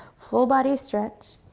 full body stretch,